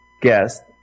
guest